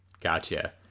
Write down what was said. Gotcha